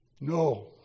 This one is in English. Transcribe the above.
No